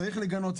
צריך לגנות,